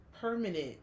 permanent